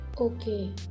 okay